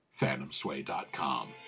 PhantomSway.com